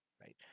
Right